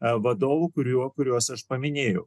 vadovų kurių kuriuos aš paminėjau